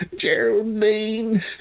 Geraldine